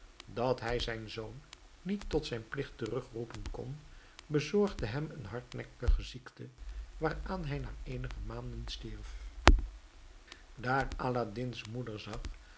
dat hij zijn zoon niet tot zijn plicht terugroepen kon bezorgde hem een hardnekkige ziekte waaraan hij na eenige maanden stierf daar aladdin's moeder zag